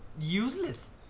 useless